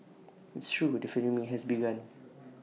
it's true the flaming has begun